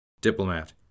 Diplomat